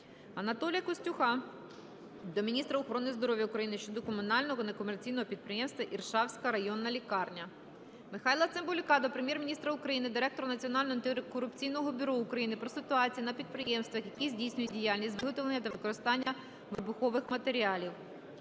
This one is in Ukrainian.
Анатолія Костюха до міністра охорони здоров'я України щодо комунального некомерційного підприємства "Іршавська районна лікарня". Михайла Цимбалюка до Прем'єр-міністра України, Директора Національного антикорупційного бюро України про ситуацію на підприємствах, які здійснюють діяльність з виготовлення та використання вибухових матеріалів.